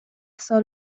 سال